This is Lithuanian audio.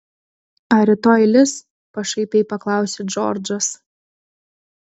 ar rytoj lis pašaipiai paklausė džordžas